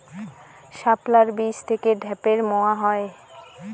শাপলার বীজ থেকে ঢ্যাপের মোয়া হয়?